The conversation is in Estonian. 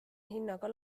hinnaga